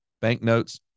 banknotes